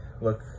look